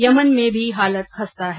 Yemen में भी हालत खस्ता है